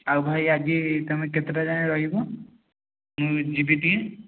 ଆଉ ଭାଇ ଆଜି ତୁମେ କେତେଟା ଯାଏଁ ରହିବ ମୁଁ ଯିବି ଟିକେ